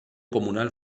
comunal